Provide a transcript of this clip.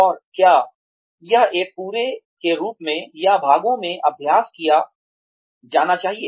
और क्या यह एक पूरे के रूप में या भागों में अभ्यास किया जाना चाहिए